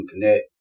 connect